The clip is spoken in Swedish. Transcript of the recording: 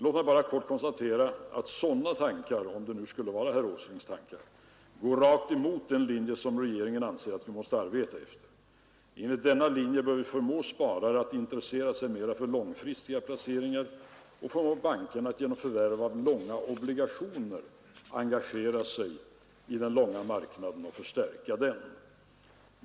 Låt mig bara kort konstatera att dessa tankar — om de nu skulle vara herr Åslings tankar — går rakt emot den linje som regeringen anser att vi måste arbeta efter. Enligt denna linje bör vi förmå sparare att intressera sig mera för långfristiga placeringar och förmå bankerna att genom förvärv av långa obligationer engagera sig i den långa marknaden och förstärka den.